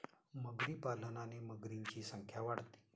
मगरी पालनाने मगरींची संख्या वाढते